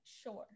sure